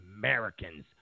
Americans